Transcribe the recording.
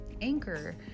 Anchor